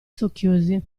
socchiusi